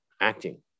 acting